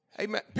Amen